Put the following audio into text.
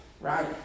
right